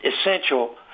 essential